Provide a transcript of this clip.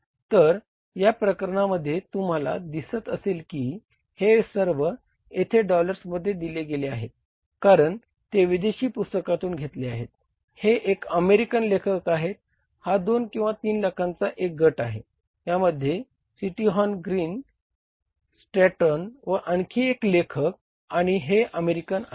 तर या प्रकरणामध्ये तुम्हाला दिसत असेल की हे सर्व येथे डॉलरमध्ये दिले गेले आहेत कारण ते विदेशी पुस्तकातून घेतले आहेत हे एक अमेरिकन लेखक आहेत हा दोन किंवा तीन लेखकांचा एक गट आहे ह्या मध्ये सीटी हॉर्न ग्रीन स्ट्रॅटटन व आणखी एक लेखक आहे आणि हे अमेरिकन आहेत